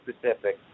specific